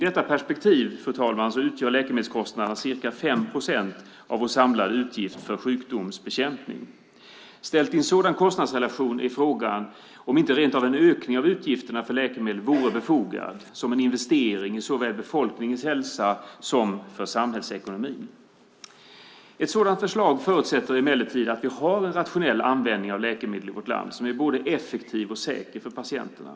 I detta perspektiv utgör läkemedelskostnaderna ca 5 procent av våra samlade utgifter för sjukdomsbekämpning. Ställt i en sådan kostnadsrelation är frågan om inte en ökning av utgifterna för läkemedel rent av vore befogad som en investering såväl i befolkningens hälsa som för samhällsekonomin. Ett sådant förslag förutsätter emellertid att vi i vårt land har en rationell användning av läkemedel som är både effektiv och säker för patienterna.